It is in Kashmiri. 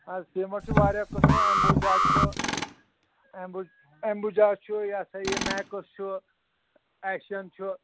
آ سیٖمَٹ چھُ واریہَو قٕسمو ایمبوٗجا چھُ ایمبوٗ ایمبوٗجا چھُ یہِ ہَسا یہِ میکٕس چھُ ایشَن چھُ